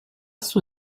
suo